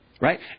right